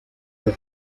las